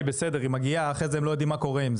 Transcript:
כלומר אם זה 1.5 על הכסף,